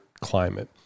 climate